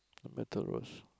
a metal rose